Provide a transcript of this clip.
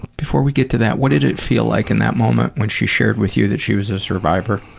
before we get to that, what did it feel like in that moment when she shared with you that she was a survivor?